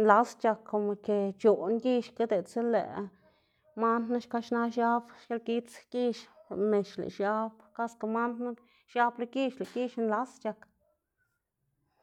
nlas c̲h̲ak, komo ke c̲h̲oꞌn gixga diꞌltsa lëꞌ man knu xka xna xiab xkilgidz gix, lëꞌ mex lëꞌ xiab, kaske man knu xiab lo gix lëꞌ gix nlas c̲h̲ak.